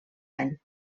any